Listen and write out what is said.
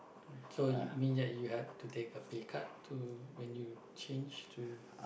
so you mean that you had to take a pay cut to when you change to